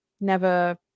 never-